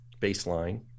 baseline